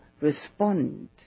respond